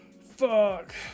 fuck